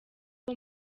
uko